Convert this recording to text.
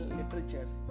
literatures